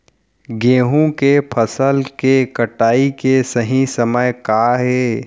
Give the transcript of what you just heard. गेहूँ के फसल के कटाई के सही समय का हे?